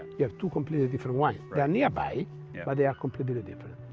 you have two completely different wines. they are nearby but they are completely different.